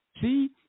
See